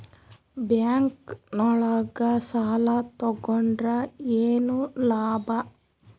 Bank ನೊಳಗ ಸಾಲ ತಗೊಂಡ್ರ ಏನು ಲಾಭ?